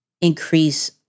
increase